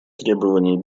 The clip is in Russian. требований